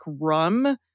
rum